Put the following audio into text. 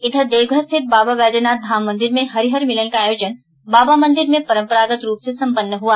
इधर देवघर रिथित बाबा बैचनाथ धाम मंदिर में हरिहर मिलन का आयोजन बाबा मंदिर में परंपरागत रूप से सम्पन्न हुआ